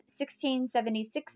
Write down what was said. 1676